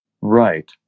Right